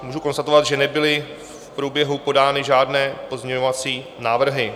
Můžu konstatovat, že nebyly v průběhu podány žádné pozměňovací návrhy.